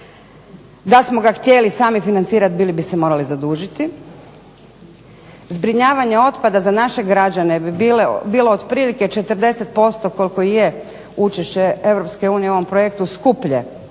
Da smo ga htjeli sami financirati bili bi se morali zadužiti. Zbrinjavanje otpada za naše građane bi bilo otprilike 40% koliko i je učešće Europske unije u ovom projektu skuplje.